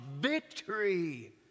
victory